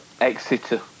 Exeter